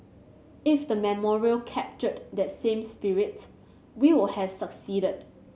if the memorial captured that same spirit we will have succeeded